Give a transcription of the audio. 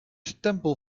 stempel